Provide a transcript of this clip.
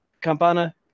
Campana